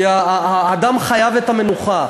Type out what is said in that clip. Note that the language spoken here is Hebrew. כי האדם חייב את המנוחה.